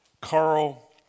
Carl